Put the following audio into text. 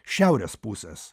šiaurės pusės